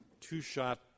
Two-shot